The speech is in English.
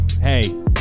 hey